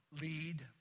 lead